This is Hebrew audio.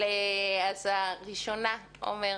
הראשונה, עומר,